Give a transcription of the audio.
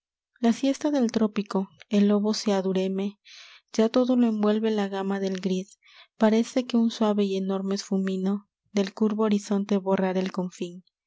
la siesta del trópico el lobo se adureme ya todo lo envuelve la gama del gris parece que un suave y enorme esfumino del curvo horizonte borrara el confín